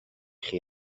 chi